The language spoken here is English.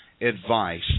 advice